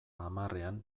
hamarrean